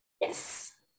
yes